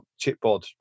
chipboard